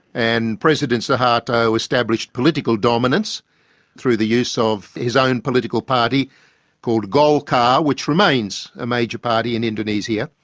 and president suharto established political dominance through the use of his own political party called golkar, which remains a major party in indonesia.